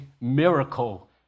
miracle